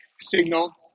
signal